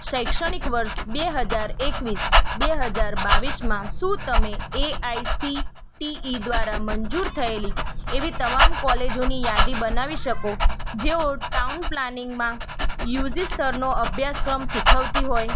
શૈક્ષણિક વર્ષ બે હજાર એકવીસ બે હજાર બાવીસમાં શું તમે A I C T E દ્વારા મંજૂર થયેલી એવી તમામ કૉલેજોની યાદી બનાવી શકો જેઓ ટાઉન પ્લાનિંગમાં યુ જી સ્તરનો અભ્યાસક્રમ શીખવતી હોય